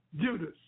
Judas